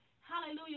hallelujah